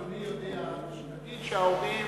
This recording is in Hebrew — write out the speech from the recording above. אדוני יודע שנגיד אם ההורים